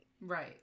Right